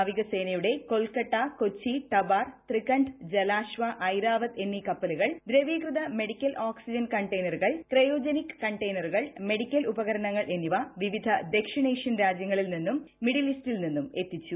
നാവിക്സേനയുടെ കൊൽക്കട്ട കൊച്ചി തബാർ തൃകൻഡ് ജലാശ്ച ഐരാവത് എന്നീ കപ്പലുകൾ ദ്രവീകൃത മെഡിക്കൽ ഓക്സിജൻ കണ്ടെയ്നറുകൾ ക്രയോജിനിക് കണ്ടെയ്നറുകൾ മെഡിക്കൽ ഉപകരണങ്ങൾ എന്നീര്യ് വിവിധ ദക്ഷിണ ഏഷ്യൻ രാജ്യങ്ങളിൽ നിന്നും മിഡിൽ ഈസ്റ്റിൽ നിന്നും എത്തിച്ചു